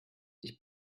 ich